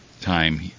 time